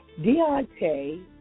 Deontay